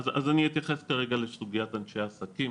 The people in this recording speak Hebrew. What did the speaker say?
אז אני אתייחס כרגע לסוגיית אנשי העסקים.